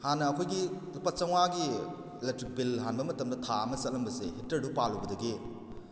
ꯍꯥꯟꯅ ꯑꯩꯈꯣꯏꯒꯤ ꯂꯨꯄꯥ ꯆꯥꯝꯃꯉꯥꯒꯤ ꯑꯦꯂꯦꯛꯇ꯭ꯔꯤꯛ ꯕꯤꯜ ꯍꯥꯟꯕ ꯃꯇꯝꯗ ꯊꯥ ꯑꯃ ꯆꯠꯂꯝꯕꯁꯦ ꯍꯤꯇꯔꯗꯨ ꯄꯥꯜꯂꯨꯕꯗꯒꯤ